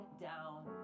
down